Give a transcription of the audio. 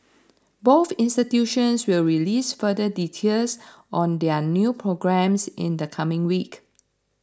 both institutions will release further details on their new programmes in the coming week